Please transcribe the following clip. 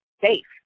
safe